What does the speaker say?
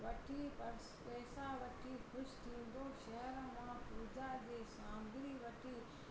वठी पैसा वठी ख़ुशि थींदो शहर मां पूजा जी सामग्री वठी